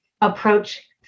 approach